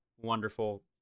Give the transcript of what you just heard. wonderful